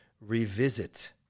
revisit